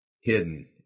Hidden